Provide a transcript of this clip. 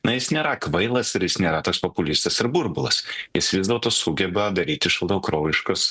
na jis nėra kvailas ir jis nėra tas populistas ir burbulas jis vis dėlto sugeba daryti šaltakraujiškus